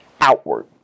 outward